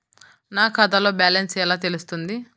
నా ఖాతాలో బ్యాలెన్స్ ఎలా తెలుస్తుంది?